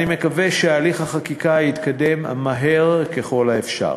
אני מקווה שהליך החקיקה יתקדם מהר ככל האפשר.